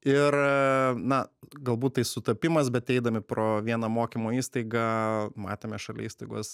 ir na galbūt tai sutapimas bet eidami pro vieną mokymo įstaigą matėme šalia įstaigos